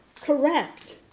correct